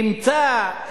אמצא,